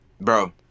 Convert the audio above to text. Bro